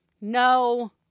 no